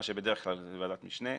מה שבדרך כלל זה ועדת משנה.